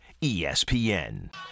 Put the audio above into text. ESPN